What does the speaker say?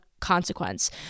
consequence